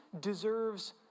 deserves